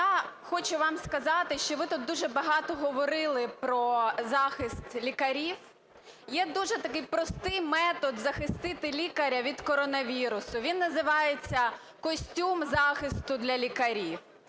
Я хочу вам сказати, що ви тут дуже багато говорили про захист лікарів. Є дуже такий простий метод захистити лікаря від коронавірусу, він називається "костюм захисту для лікарів".